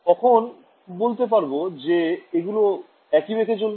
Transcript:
কখন বলতে পারবো যে এগুলো একই বেগে চলবে